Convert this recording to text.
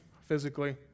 physically